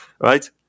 right